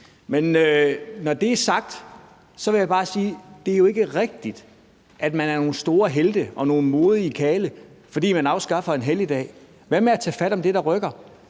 Men når det er sagt, vil jeg bare sige, at det jo ikke er rigtigt, at man er nogle store helte og nogle modige karle, fordi man afskaffer en helligdag. Hvad med at tage fat om det, der rykker?